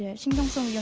and she's also